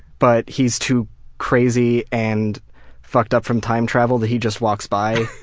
but he's too crazy and fucked-up from time travel that he just walks by.